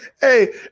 Hey